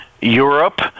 Europe